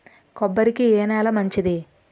కొబ్బరి కి ఏ నేల మంచిది?